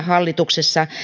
hallituksessa